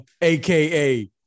aka